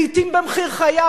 לעתים במחיר חייו,